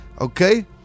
Okay